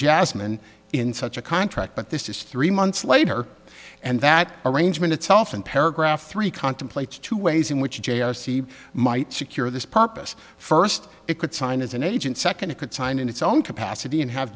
jasmine in such a contract but this is three months later and that arrangement itself in paragraph three contemplates two ways in which the j s c might secure this purpose first it could sign as an agent second it could sign in its own capacity and have